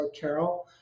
carol